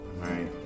Right